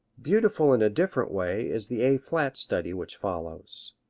beautiful in a different way is the a flat study which follows.